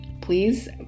Please